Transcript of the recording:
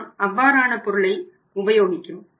நாம் அவ்வாறான பொருளை உபயோகிக்கிறோம்